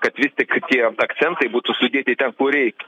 kad vis tik tie akcentai būtų sudėti ten kur reikia